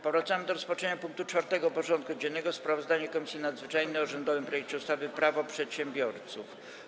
Powracamy do rozpatrzenia punktu 4. porządku dziennego: Sprawozdanie Komisji Nadzwyczajnej o rządowym projekcie ustawy Prawo przedsiębiorców.